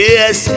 Yes